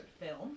film